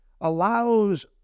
allows